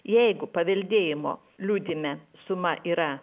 jeigu paveldėjimo liudijime suma yra